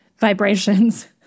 vibrations